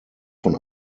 von